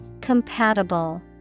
Compatible